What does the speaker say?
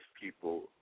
people